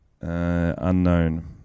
Unknown